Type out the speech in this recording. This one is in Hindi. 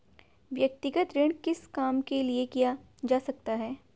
व्यक्तिगत ऋण किस काम के लिए किया जा सकता है?